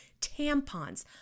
tampons